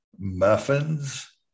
Muffins